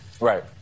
Right